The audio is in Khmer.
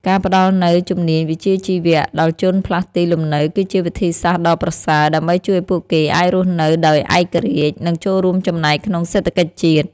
ការផ្តល់នូវជំនាញវិជ្ជាជីវៈដល់ជនផ្លាស់ទីលំនៅគឺជាវិធីសាស្ត្រដ៏ប្រសើរ ដើម្បីជួយឱ្យពួកគេអាចរស់នៅដោយឯករាជ្យ និងចូលរួមចំណែកក្នុងសេដ្ឋកិច្ចជាតិ។